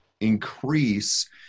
increase